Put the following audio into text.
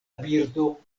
birdo